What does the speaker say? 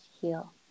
heal